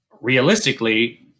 realistically